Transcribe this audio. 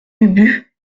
ubu